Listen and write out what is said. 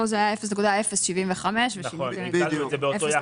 פה זה היה 0.075 ושינו את זה ל-0.01.